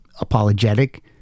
apologetic